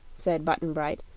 said button-bright,